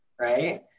right